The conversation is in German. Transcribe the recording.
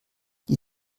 die